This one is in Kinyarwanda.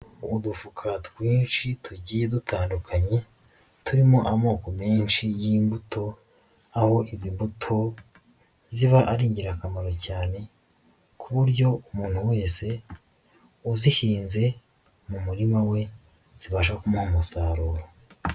Udufuka twinshi tugiye dutandukanye, turimo amoko menshi y'imbuto, aho izi mbuto ziba ari ingirakamaro cyane, ku buryo umuntu wese wa uzihinze mu murima we, zibasha kumuha umusaruro.